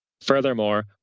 Furthermore